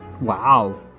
Wow